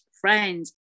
friends